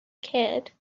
kid